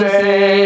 say